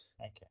okay